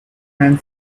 man